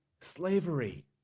slavery